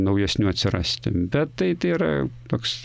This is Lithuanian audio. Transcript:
naujesnių atsirasti bet tai yra toks